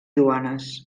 duanes